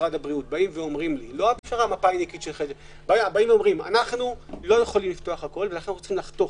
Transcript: משרד הבריאות אומרים: אנחנו לא יכולים לפתוח הכול צריכים לחתוך,